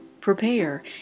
prepare